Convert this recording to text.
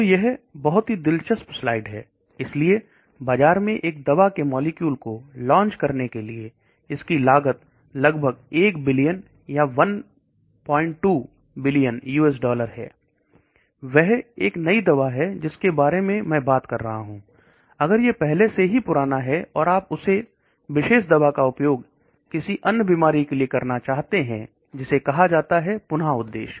तो यह बहुत ही दिलचस्प स्लाइड है इसलिए बाजार में एक दवा के मॉलिक्यूल को लॉन्च करने के लिए इसकी लागत लगभग 1 बिलियन या 12 बिलियन अमेरिकी डॉलर है वह एक नई दवा है जिसके बारे में मैं बात कर रहा हूं अगर यह पहले से ही पुराना है और आप उस विशेष दवा का उपयोग किसी अन्य बीमारी के लिए करना चाहते हैं जिसे कहा जाता है पुनः उद्देश्य